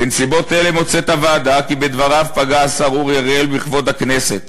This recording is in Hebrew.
"בנסיבות אלה מוצאת הוועדה כי בדבריו פגע השר אורי אריאל בכבוד הכנסת,